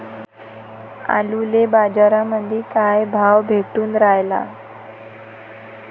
आलूले बाजारामंदी काय भाव भेटून रायला?